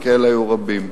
וכאלה היו רבים.